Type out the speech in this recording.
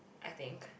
I think